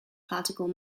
particle